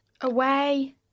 Away